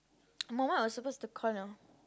Muhammad was supposed to call you know